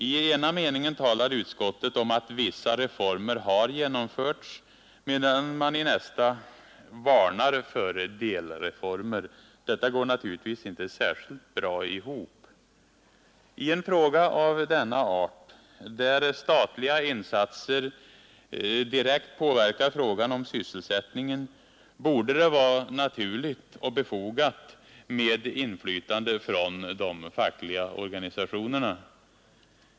I ena meningen talar utskottet om att vissa reformer har genomförts medan man i nästa varnar för delreformer. Detta går naturligtvis inte särskilt bra ihop. I en fråga av denna art, där statliga insatser direkt påverkar frågan om sysselsättningen, borde det vara naturligt och befogat med inflytande från de fackliga organisationerna.